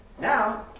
Now